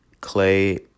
Clay